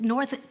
North